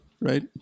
right